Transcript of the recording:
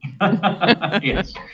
Yes